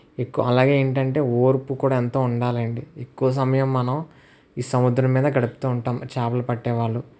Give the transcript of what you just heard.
ఎక్కువ అలాగే ఏంటంటే ఓర్పు కూడా ఎంతో ఉండాలండి ఎక్కువ సమయం మనం ఈ సముద్రం మీద గడుపుతూ ఉంటాము ఈ చేపలు పట్టేవాళ్ళు